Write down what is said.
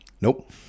Nope